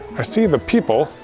i see the people,